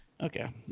Okay